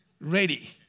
Ready